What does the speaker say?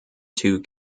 two